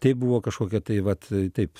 tai buvo kažkokia tai vat taip